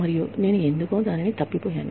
మరియు నేను ఎందుకో మిస్ అయ్యాను